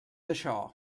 això